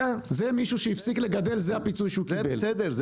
זה מישהו שהפסיק לגדל, זה הפיצוי שהוא קיבל.